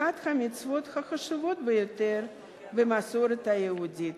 אחת המצוות החשובות ביותר במסורת היהודית,